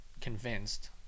convinced